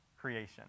creation